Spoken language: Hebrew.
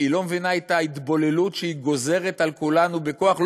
היא לא מבינה את ההתבוללות שהיא גוזרת על כולנו בכוח?